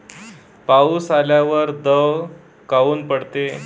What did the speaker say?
पाऊस आल्यावर दव काऊन पडते?